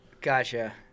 gotcha